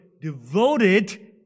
devoted